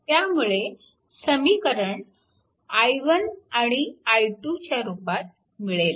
त्यामुळे समीकरण i1 आणि i2 रूपात मिळेल